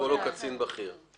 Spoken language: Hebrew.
לקרוא לו קצין בכיר.